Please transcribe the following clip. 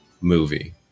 movie